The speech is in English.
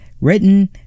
written